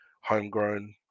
homegrown